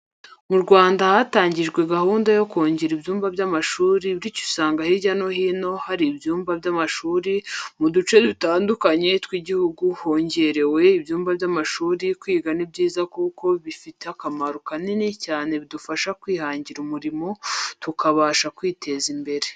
Mu Rwanda hatangijwe gahunda yo kongera ibyumba by'amashuri bityo usanga hirya no hino hari ibyumba by'amashuri muduce dutandukanye tw'igihugu hongerewe ibyumba by'amashuri kwiga nibyiza kuko bifite akamaro kanini cyane bidufasha kwihangira umurimo tukabasha kwiteza imbere.